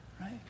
right